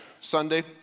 Sunday